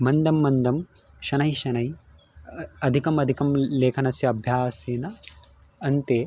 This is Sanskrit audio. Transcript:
मन्दं मन्दं शनै शनै अधिकम् अधिकं लेखनस्य अभ्यासेन अन्ते